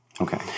Okay